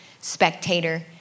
spectator